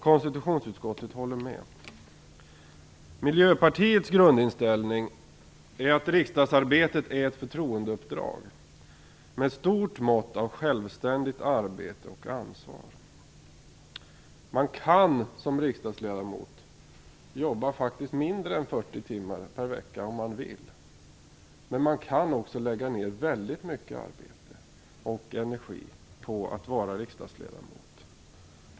Konstitutionsutskottet håller med. Miljöpartiets grundinställning är att riksdagsarbetet är ett förtroendeuppdrag med ett stort mått av självständigt arbete och ansvar. Man kan som riksdagsledamot faktiskt jobba mindre än 40 timmar per vecka om man vill. Men man kan också lägga ned väldigt mycket arbete och energi på att vara riksdagsledamot.